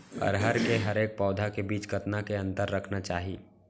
अरहर के हरेक पौधा के बीच कतना के अंतर रखना चाही?